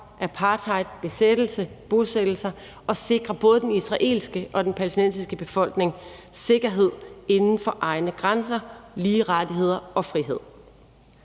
apartheid, besættelse og bosættelser og sikrer både den israelske og den palæstinensiske befolkning sikkerhed inden for egne grænser, lige rettigheder og frihed.